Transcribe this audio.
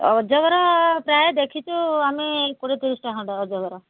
ଅଜଗର ପ୍ରାୟ ଦେଖିଛୁ ଆମେ କୋଡ଼ିଏ ତିରିଶଟା ଖଣ୍ଡେ ଅଜଗର